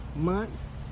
months